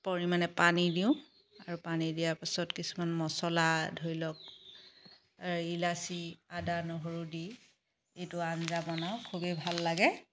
পৰিমাণে পানী দিওঁ আৰু পানী দিয়া পিছত কিছুমান মচলা ধৰি লওক ইলাচি আদা নহৰু দি এইটো আঞ্জা বনাও খুবেই ভাল লাগে